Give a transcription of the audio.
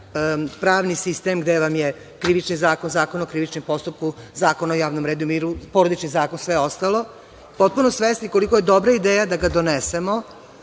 pravni sistem, gde vam je Krivični zakon, Zakon o krivičnom postupku, Zakon o javnom redu i miru, Porodični zakon, sve ostalo, potpuno svesni koliko je dobra ideja da ga donesemo,